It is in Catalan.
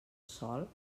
sol